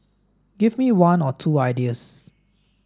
give me one or two ideas